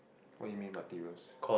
what you mean materials